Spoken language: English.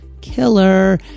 Killer